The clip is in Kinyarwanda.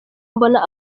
mbona